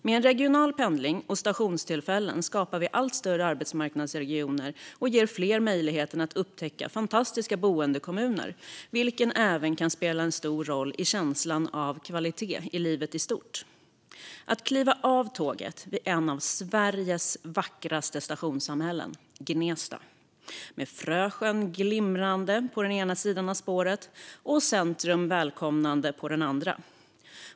Med en regional pendling och stationstillfällen skapar vi allt större arbetsmarknadsregioner och ger fler möjligheten att upptäcka fantastiska boendekommuner, vilket även kan spela en stor roll för känslan av kvalitet i livet i stort. Tänk att kliva av tåget vid ett av Sveriges vackraste stationssamhällen, Gnesta, med Frösjön glimrande på ena sidan spåret och centrum välkomnande på andra sidan!